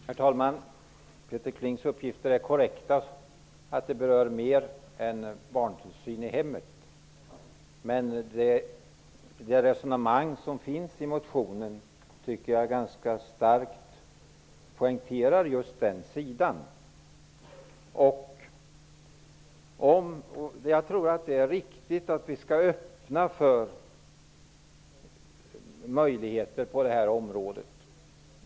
Herr talman! Peter Klings uppgifter är korrekta. Motionen rör mer än barntillsyn i hemmet. Men det resonemang som finns i motionen poängterar ganska starkt just den sidan. Jag tror att det är riktigt att vi skall öppna för möjligheter på detta område.